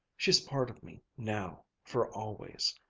she's part of me now, for always.